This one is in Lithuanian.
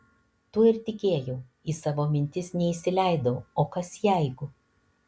tuo ir tikėjau į savo mintis neįsileidau o kas jeigu